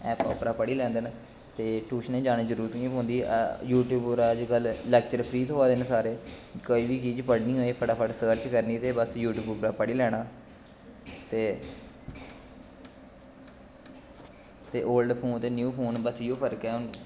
net उप्परा दा पढ़ी लैंदे न ते टयूशने गी जाने दी जरूरत नी पौंदी यूटयूब पर अज्ज कल लैक्चर फ्री थ्होआ दे न कोई बी चीड़ पढ़नी होऐ ते यूटयूब परा सर्च करना ते पढ़ी लैना ते ओल्डफोन च ते न्यू फोन च इयो फर्क ऐ